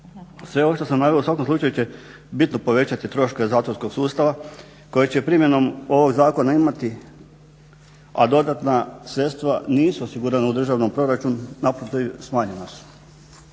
Sve ovo što sam naveo u svakom slučaju će bitno povećati troškove zatvorskog sustava koji će primjenom ovog zakona imati, a dodatna sredstva nisu osigurana u državnom proračunu, naprotiv smanjena su.